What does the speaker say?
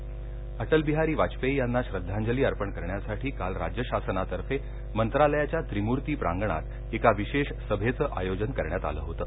सभाः अटलबिहारी वाजपेयी यांना श्रद्धांजली अर्पण करण्यासाठी काल राज्य शासनातर्फे मंत्रालयाच्या त्रिमूर्ती प्रांगणात एका विशेष सभेचं आयोजन करण्यात आलं होतं